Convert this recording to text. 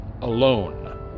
alone